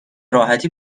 راحتی